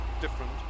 different